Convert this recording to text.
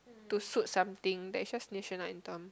to suit something that just national anthem